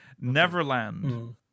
Neverland